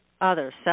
others